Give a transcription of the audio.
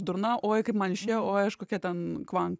durna oi kaip man išėjo oi aš kokia ten kvankt